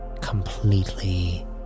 completely